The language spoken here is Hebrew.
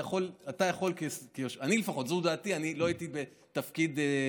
זאת דעתי, לפחות.